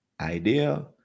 idea